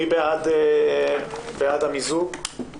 מי בעד מיזוג הצעות החוק?